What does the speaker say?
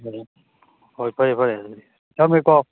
ꯎꯝ ꯍꯣꯏ ꯐꯔꯦ ꯐꯔꯦ ꯑꯗꯨꯗꯤ ꯊꯝꯃꯦꯀꯣ